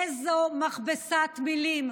איזו מכבסת מילים,